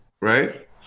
right